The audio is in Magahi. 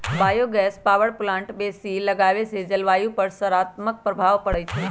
बायो गैस पावर प्लांट बेशी लगाबेसे जलवायु पर सकारात्मक प्रभाव पड़इ छै